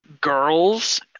Girls